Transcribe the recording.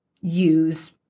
use